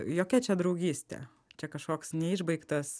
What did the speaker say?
jokia čia draugystė čia kažkoks neišbaigtas